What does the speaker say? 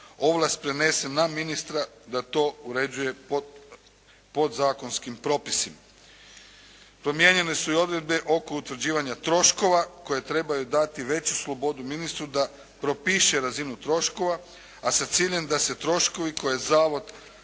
ovlast prenese na ministra da to uređuje podzakonskim propisima. Promijenjene su i odredbe oko utvrđivanja troškova koje trebaju dati veću slobodu ministru da propiše razinu troškova a sa ciljem da se troškovi koje je Zavod